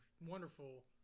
wonderful